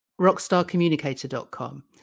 rockstarcommunicator.com